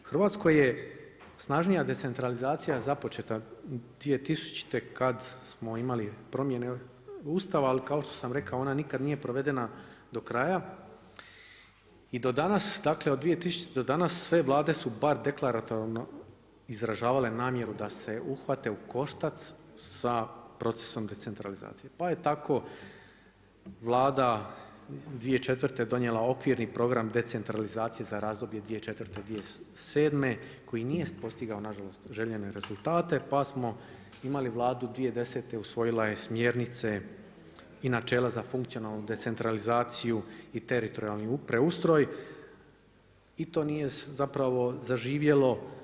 U Hrvatskoj je snažnija decentralizacija započeta 2000. kad smo imali promjene Ustava, ali kao što sam rekao, ona nikad nije provedena do kraja i do danas, dakle od 2000. do danas, sve Vlade su barem deklaratorno izražavale namjeru da se uhvate u koštac sa procesom decentralizacije, pa je tako Vlada 2004. okvirni program decentralizacije za razdoblje 2004.-2007., koji nije postigao nažalost, željene rezultate pa smo imali Vladu 2010., usvojila je smjernice i načela za funkcionalnu decentralizaciju i teritorijalni preustroj i to nije zapravo zaživjelo.